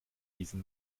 diesen